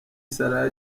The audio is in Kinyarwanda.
salah